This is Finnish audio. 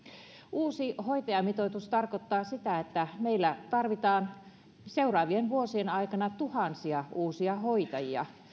uusi hoitajamitoitus tarkoittaa sitä että meillä tarvitaan seuraavien vuosien aikana tuhansia uusia hoitajia